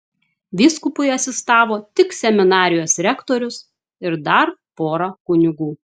vyskupui asistavo tik seminarijos rektorius ir dar pora kunigų